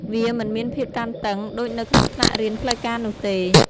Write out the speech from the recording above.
វាមិនមានភាពតានតឹងដូចនៅក្នុងថ្នាក់រៀនផ្លូវការនោះទេ។